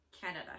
Canada